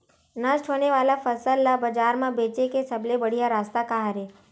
नष्ट होने वाला फसल ला बाजार मा बेचे के सबले बढ़िया रास्ता का हरे?